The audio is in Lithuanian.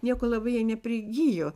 nieko labai jie neprigijo